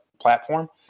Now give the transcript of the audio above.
platform